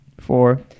four